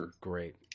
Great